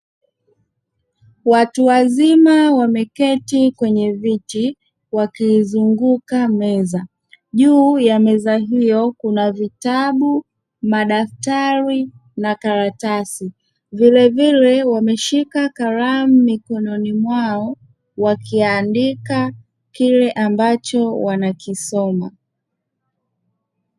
Watu wazima wameketi kwenye viti wakiizunguka meza, juu ya meza hiyo kuna vitabu, madaftari na karatasi vilevile wameshika kalamu mikinoni mwao wakiandika kile ambacho wanakisoma.